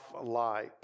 light